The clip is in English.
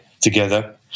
together